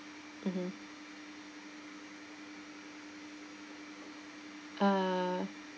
mmhmm uh